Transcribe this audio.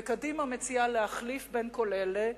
וקדימה מציעה להחליף בין כל אלה.